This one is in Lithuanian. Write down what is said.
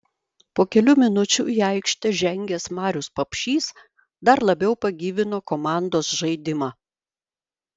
po kelių minučių į aikštę žengęs marius papšys dar labiau pagyvino komandos žaidimą